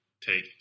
Take